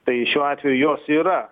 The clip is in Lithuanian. tai šiuo atveju jos yra